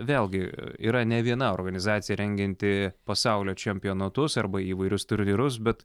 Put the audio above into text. vėlgi yra ne viena organizacija rengianti pasaulio čempionatus arba įvairius turnyrus bet